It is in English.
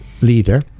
leader